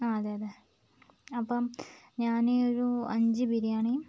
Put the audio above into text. ആ അതെയതെ അപ്പം ഞാൻ ഒരു അഞ്ച് ബിരിയാണീം